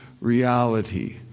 reality